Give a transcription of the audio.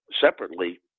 separately